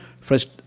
First